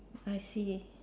I see